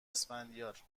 اسفندیار